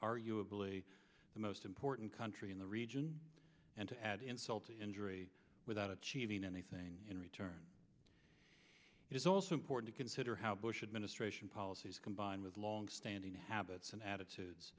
arguably the most important country in the region and to add insult to injury without achieving anything in return is also important to consider how bush administration policies combined with longstanding habits and attitudes